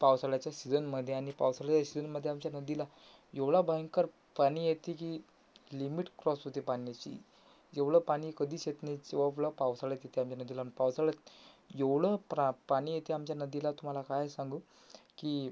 पावसाळ्याच्या सीजनमध्ये आणि पावसाळ्याच्या सीजनमध्ये आमच्या नदीला एवढा भयंकर पाणी येते की लिमिट क्रॉस होते पाण्याची जेवढं पाणी कधीच येत नाही जेवढं पावसाळ्यात येते आणि नदीला न पावसाळ्यात एवढं प्रा पाणी येते आमच्या नदीला तुम्हाला काय सांगू की